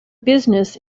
business